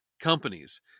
companies